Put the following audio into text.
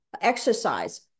exercise